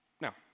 Now